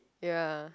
ya